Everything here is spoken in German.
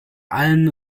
allen